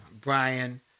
Brian